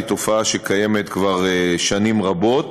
היא תופעה שקיימת כבר שנים רבות.